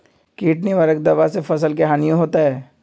किट निवारक दावा से फसल के हानियों होतै?